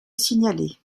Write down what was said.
signalées